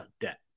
debt